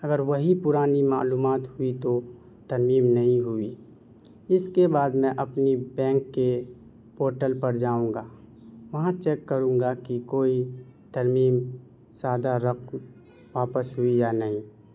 اگر وہی پرانی معلومات ہوئی تو ترمیم نہیں ہوئی اس کے بعد میں اپنی بینک کے پورٹل پر جاؤں گا وہاں چیک کروں گا کہ کوئی ترمیم سادہ رقم واپس ہوئی یا نہیں